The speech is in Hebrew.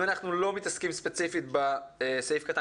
אם אנחנו לא מתעסקים ספציפית בסעיף קטן